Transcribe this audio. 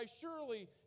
surely